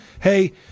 hey